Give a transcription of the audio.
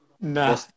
No